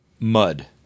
Mud